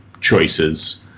choices